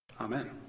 Amen